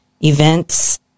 events